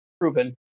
proven